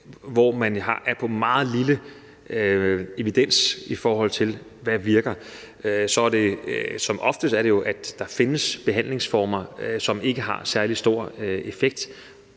hvor man har meget lidt evidens for, hvad der virker, er det som oftest sådan, at der findes behandlingsformer, som ikke har særlig stor effekt,